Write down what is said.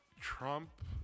Trump